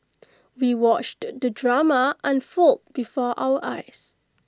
we watched the drama unfold before our eyes